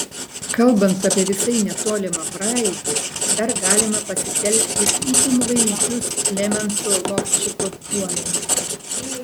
kalbant apie visai netolimą praeitį dar galima pasitelkti itin vaizdžius klemenso lovčiko duomenis